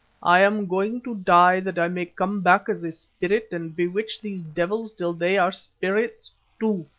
i am going to die, that i may come back as a spirit and bewitch these devils till they are spirits too